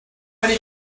many